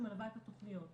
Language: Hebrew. שמלווה את התכניות.